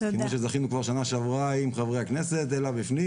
כמו שזכינו בשנה שעברה עם חברי הכנסת אלא בפנים,